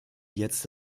jetzt